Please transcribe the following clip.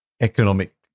economic